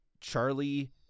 Charlie